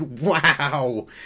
wow